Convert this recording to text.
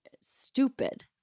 stupid